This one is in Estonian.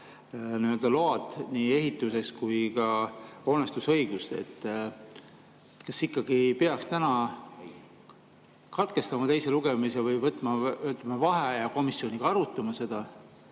võtta ära nii ehitusload kui ka hoonestusõigus? Kas ikkagi peaks täna katkestama teise lugemise või võtma vaheaja ja komisjoniga arutama seda?